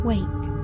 Wake